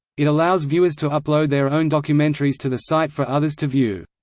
it allows viewers to upload their own documentaries to the site for others to view.